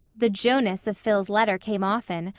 the jonas of phil's letter came often,